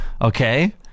Okay